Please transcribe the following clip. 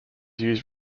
used